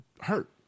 hurt